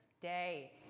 day